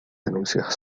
denuncias